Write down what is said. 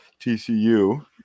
TCU